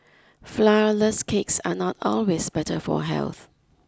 flourless cakes are not always better for health